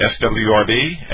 swrb